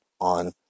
on